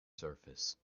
surface